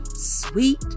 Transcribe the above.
sweet